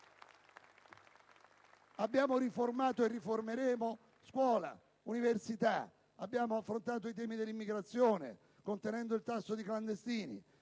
Abbiamo riformato e riformeremo scuola e università. Abbiamo affrontato i temi dell'immigrazione, contenendo il tasso di clandestini.